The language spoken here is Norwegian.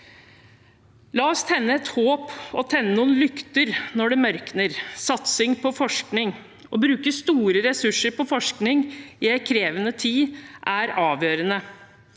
La oss tenne et håp og tenne noen lykter når det mørkner – og satse på forskning. Å bruke store ressurser på forskning i en krevende tid er avgjørende.